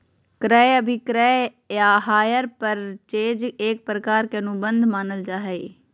क्रय अभिक्रय या हायर परचेज एक प्रकार के अनुबंध मानल जा हय